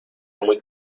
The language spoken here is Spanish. muy